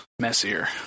messier